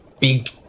Big